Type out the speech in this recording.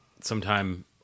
sometime